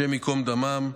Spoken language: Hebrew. השם ייקום דמם,